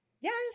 Yes